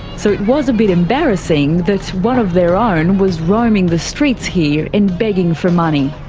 so it was a bit embarrassing that one of their own was roaming the streets here and begging for money.